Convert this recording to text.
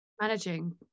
managing